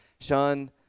Sean